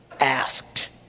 asked